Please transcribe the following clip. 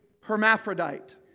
hermaphrodite